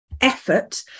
effort